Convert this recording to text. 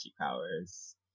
powers